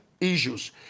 issues